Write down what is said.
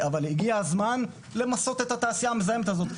אבל הגיע הזמן למסות את התעשייה המזהמת הזאת,